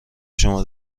شما